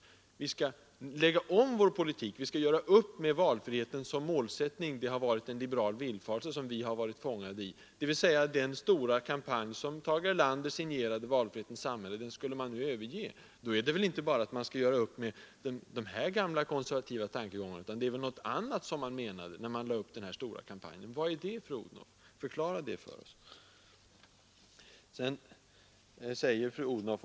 Vi skall lägga om vår politik, göra upp med valfriheten som målsättning. Den har varit en liberal villfarelse som vi har varit fångade i. Den stora kampanj som Tage Erlander signerade — Valfrihetens samhälle — den skulle man överge. Då gäller det väl inte bara att göra upp med dessa gamla konservativa tankegångar, utan man menade väl någonting annat när man lade upp sitt nya stora utspel. Vad är det, statsrådet Odhnoff? Förklara det för oss.